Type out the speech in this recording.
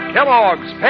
Kellogg's